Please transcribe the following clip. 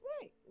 Right